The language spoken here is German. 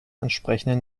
entsprechende